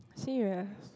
serious